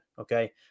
okay